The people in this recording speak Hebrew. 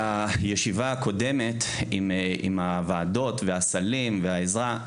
לישיבה הקודמת עם הוועדות והסלים והעזרה.